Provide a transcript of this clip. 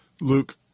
Luke